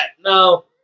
No